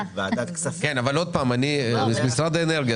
משרד האנרגיה,